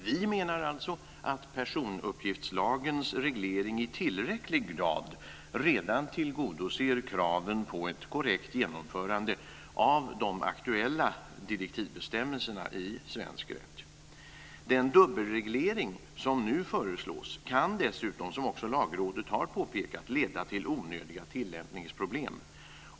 Vi menar alltså att personuppgiftslagens reglering i tillräcklig grad redan tillgodoser kraven på ett korrekt genomförande av de aktuella direktivbestämmelserna i svensk rätt. Den dubbelreglering som nu föreslås kan dessutom, som också Lagrådet har påpekat, leda till onödiga tillämpningsproblem.